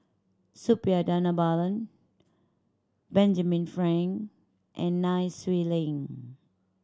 Suppiah Dhanabalan Benjamin Frank and Nai Swee Leng